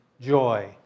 joy